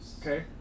Okay